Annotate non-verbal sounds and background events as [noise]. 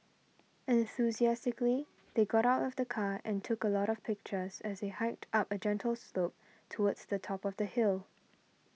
enthusiastically [noise] they got out of the car and took a lot of pictures as they hiked up a gentle slope towards the top of the hill